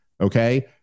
Okay